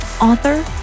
author